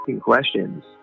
questions